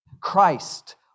Christ